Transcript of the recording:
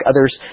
others